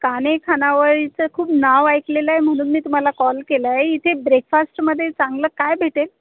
कान्हे खानावळीचं खूप नाव ऐकलेलं आहे म्हणून मी तुम्हाला कॉल केला आहे इथे ब्रेकफास्टमध्ये चांगलं काय भेटेल